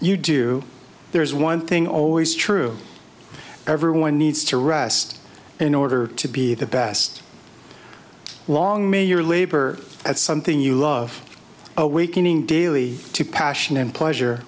you do there is one thing always true everyone needs to rest in order to be the best long may your labor as something you love awakening daily to passion and pleasure